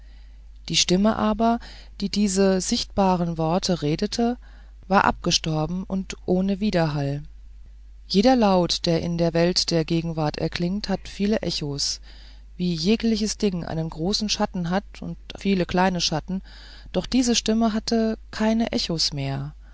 die stimme aber die diese sichtbaren worte redete war abgestorben und ohne widerhall jeder laut der in der welt der gegenwart erklingt hat viele echos wie jegliches ding einen großen schatten hat und viele kleine schatten doch diese stimme hatte keine echos mehr